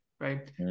right